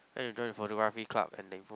then you join the photography club and info